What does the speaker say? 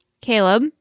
Caleb